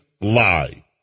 lie